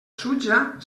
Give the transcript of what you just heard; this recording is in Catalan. sutja